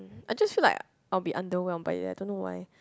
I just feel like I will be underwhelmed by it I don't know why